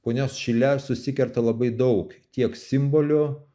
punios šile susikerta labai daug tiek simbolių